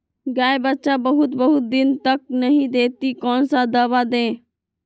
गाय बच्चा बहुत बहुत दिन तक नहीं देती कौन सा दवा दे?